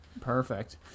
Perfect